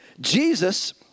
Jesus—